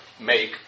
make